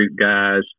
guys